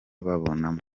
babonamo